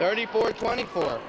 thirty four twenty four